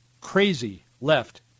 crazy-left